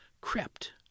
crept